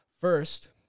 First